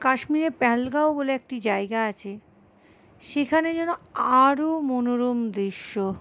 কাশ্মীরে পেহেলগাঁও বলে একটি জায়গা আছে সেখানে যেন আরো মনোরম দৃশ্য